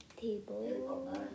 table